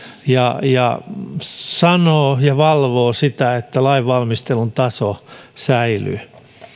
ja ja sanoo ja valvoo sitä että lainvalmistelun taso säilyy